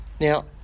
Now